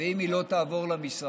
ואם היא לא תעבור למשרד